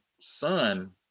son